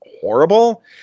horrible